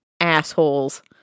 assholes